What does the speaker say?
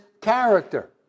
character